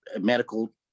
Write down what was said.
medical